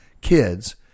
kids